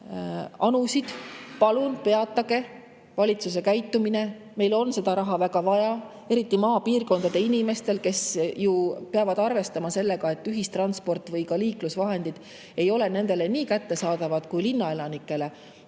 anusid: "Palun peatage valitsuse käitumine, meil on seda raha väga vaja." Eriti [on seda vaja] maapiirkondade inimestel, kes ju peavad arvestama sellega, et ühistransport või liiklusvahendid ei ole nendele nii kättesaadavad kui linnaelanikele.